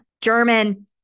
german